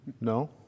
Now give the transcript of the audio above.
No